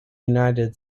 united